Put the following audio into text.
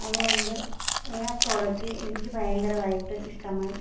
അതുകൊണ്ട് ആ പ്രോഡക്ട് എനിക്ക് ഭയങ്കരമായിട്ട് ഇഷ്ടമായി